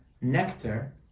nectar